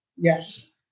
Yes